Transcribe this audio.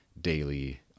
daily